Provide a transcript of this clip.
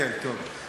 כן, טוב.